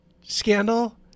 scandal